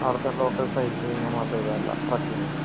അവിടത്തെ ലോക്കൽ സൈക്ലിങും അതുമിതും എല്ലാം ട്രെക്കിങ്ങും